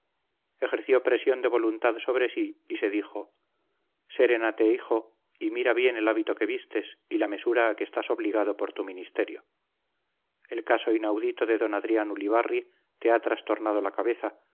dispersas ejerció presión de voluntad sobre sí y se dijo serénate hijo y mira bien el hábito que vistes y la mesura a que estás obligado por tu ministerio el caso inaudito de d adrián ulibarri te ha trastornado la cabeza